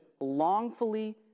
longfully